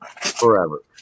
forever